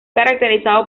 caracterizado